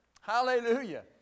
Hallelujah